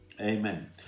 Amen